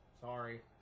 Sorry